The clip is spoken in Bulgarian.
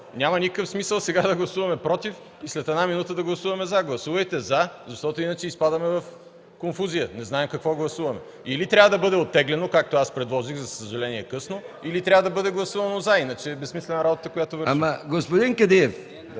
на господин Кадиев.